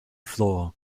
floor